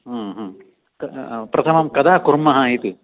प्रथमं कदा कुर्मः इति